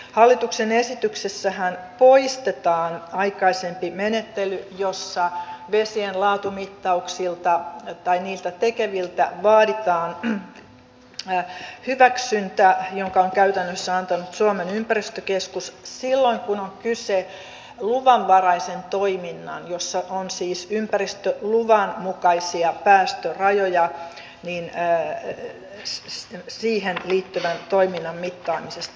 hallituksen esityksessähän poistetaan aikaisempi menettely jossa vesien laatumittauksia tekeviltä vaaditaan hyväksyntä jonka on käytännössä antanut suomen ympäristökeskus silloin kun on kyse luvanvaraisen toiminnan jossa on siis ympäristöluvan mukaisia päästörajoja siihen liittyvän toiminnan mittaamisesta